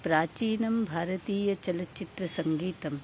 प्राचीनं भारतीयचलच्चित्रसङ्गीतं